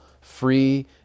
free